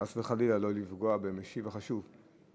חס וחלילה, לא לפגוע במשיב החשוב.